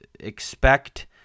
expect